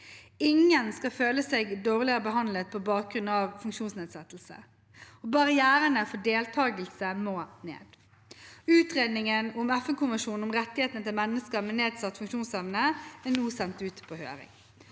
Ingen skal føle seg dårligere behandlet på bakgrunn av funksjonsnedsettelser, og barrierene for deltakelse må ned. Utredningen om FN-konvensjonen om rettighetene til mennesker med nedsatt funksjonsevne er nå sendt ut på høring.